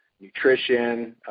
nutrition